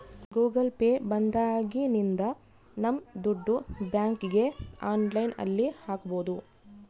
Google pay ಬಂದಾಗಿನಿಂದ ನಮ್ ದುಡ್ಡು ಬ್ಯಾಂಕ್ಗೆ ಆನ್ಲೈನ್ ಅಲ್ಲಿ ಹಾಕ್ಬೋದು